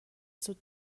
سوت